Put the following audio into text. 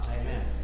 Amen